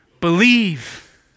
believe